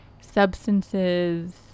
substances